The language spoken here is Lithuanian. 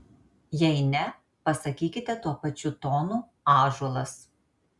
jei ne pasakykite tuo pačiu tonu ąžuolas